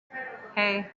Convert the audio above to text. hey